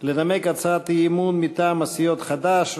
לנמק הצעת אי-אמון מטעם הסיעות חד"ש,